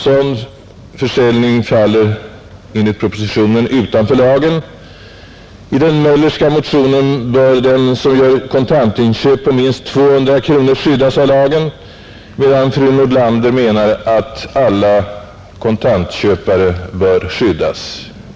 Sådan försäljning faller enligt propositionen utanför lagen, Enligt den Möllerska motionen bör den som gör kontantköp på minst 200 kronor skyddas av lagen, medan fru Nordlander menar att alla kontantköpare bör skyddas.